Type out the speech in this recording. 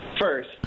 First